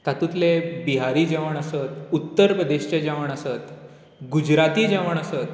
तातूंतलें बिहारी जेवण आसत उत्तर प्रदेशांतलें जेवण आसत गुजराती जेवण आसत